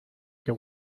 que